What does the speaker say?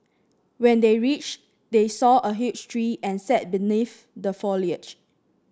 when they reached they saw a huge tree and sat beneath the foliage